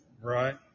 Right